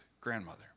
grandmother